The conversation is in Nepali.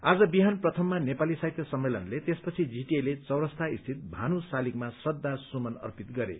आज बिहान प्रथममा नेपाली साहित्य सम्मेलनले तयसपछि जीटीएले चोरस्ता स्थित भानु शालिगमा श्रद्धासुमन अर्पित गरे